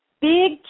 big